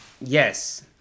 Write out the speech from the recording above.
yes